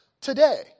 today